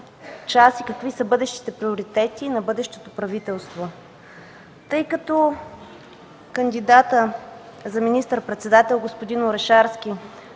и какви са бъдещите приоритети на бъдещото правителство. Кандидатът за министър-председател господин Орешарски